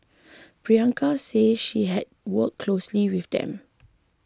Priyanka said she had worked closely with them